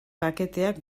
paketeak